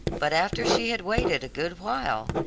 but after she had waited a good while,